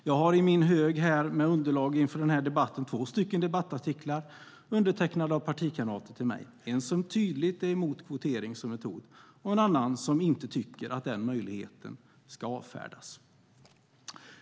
Jag har i min hög med underlag inför den här debatten två debattartiklar undertecknade av partikamrater till mig. En är tydligt emot kvotering som metod och en annan tycker att den möjligheten inte ska avfärdas.